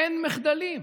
אין מחדלים.